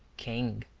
king.